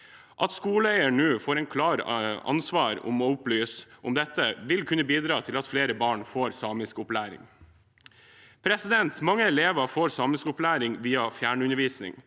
At skoleeier nå får et klart ansvar om å opplyse om dette, vil kunne bidra til at flere barn får samiskopplæring. Mange elever får samiskopplæring via fjernundervisning.